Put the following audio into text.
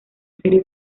serie